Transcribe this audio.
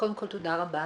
תודה רבה.